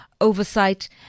oversight